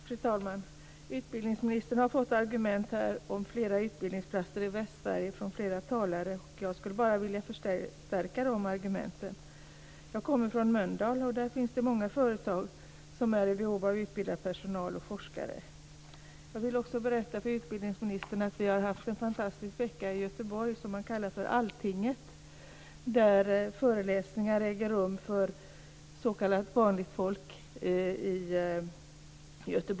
Fru talman! Utbildningsministern har här från flera talare fått argument för ytterligare utbildningsplatser i Västsverige. Jag skulle vilja förstärka de argumenten. Jag kommer från Mölndal, där många företag är i behov av utbildad personal, bl.a. av forskare. Jag vill berätta för utbildningsministern att vi i Göteborg har haft en fantastisk vecka som vi har kallat Alltinget, där det hölls lättillgängliga föreläsningar för s.k. vanligt folk.